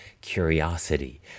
curiosity